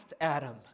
Adam